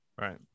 Right